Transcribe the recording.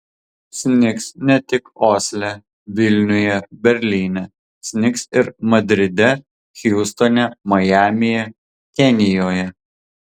snigs ne tik osle vilniuje berlyne snigs ir madride hjustone majamyje kenijoje